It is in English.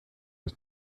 was